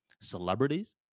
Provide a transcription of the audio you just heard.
celebrities